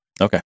Okay